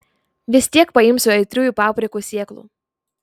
vis tiek paimsiu aitriųjų paprikų sėklų